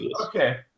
Okay